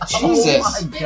Jesus